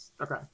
Okay